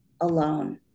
alone